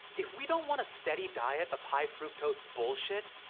if we don't want a steady diet of high-fructose bullshit,